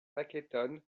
paketon